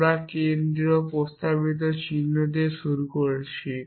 আমরা কেন্দ্রীয় প্রস্তাবিত চিহ্ন দিয়ে শুরু করেছি